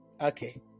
Okay